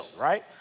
right